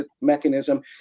mechanism